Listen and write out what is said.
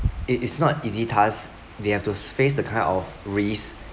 it is not easy task they have to face the kind of risk